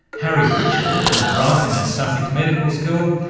harry witchel from the brighton and sussex medical school,